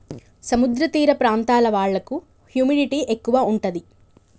సముద్ర తీర ప్రాంతాల వాళ్లకు హ్యూమిడిటీ ఎక్కువ ఉంటది